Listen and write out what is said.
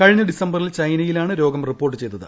കഴിഞ്ഞ ഡിസംബറിൽ ചൈനയിലാണ് രോഗം റിപ്പോർട്ട് ചെയ്തത്